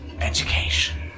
education